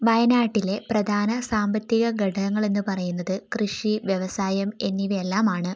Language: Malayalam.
വയനാട്ടിലെ പ്രധാന സാമ്പത്തിക ഘടകങ്ങളെന്ന് പറയുന്നത് കൃഷി വ്യവസായം എന്നിവയെല്ലാമാണ്